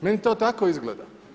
Meni to tako izgleda.